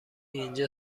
اینجا